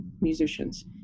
musicians